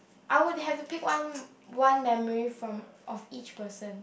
I will have to pick one one memory from of each person